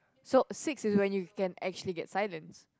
so six is when you can actually get silence